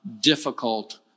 difficult